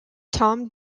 tom